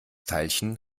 teilchen